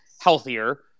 healthier